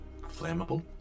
flammable